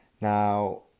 Now